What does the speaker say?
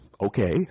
okay